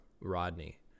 Rodney